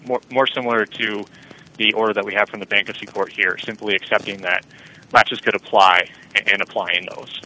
or more similar to the order that we have from the bankruptcy court here simply accepting that matches could apply and applying those